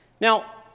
Now